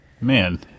man